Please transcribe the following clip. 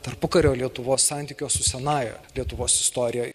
tarpukario lietuvos santykio su senąja lietuvos istorijoj